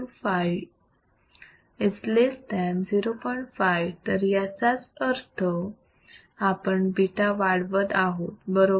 5 तर याचाच अर्थ आपण β वाढवत आहोत बरोबर